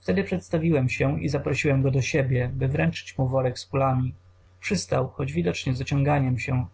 wtedy przedstawiłem się i zaprosiłem go do siebie by wręczyć mu worek z kulami przystał choć widocznie z ociąganiem się